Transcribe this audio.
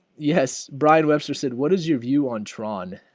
yes bride webster said what is your view on tron?